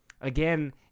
Again